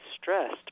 stressed